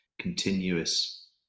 continuous